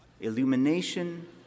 illumination